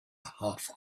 half